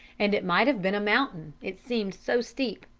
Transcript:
and it might have been a mountain, it seemed so steep.